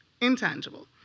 intangible